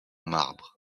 marbre